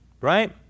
right